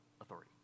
authority